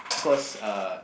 cause uh